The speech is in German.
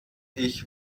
ich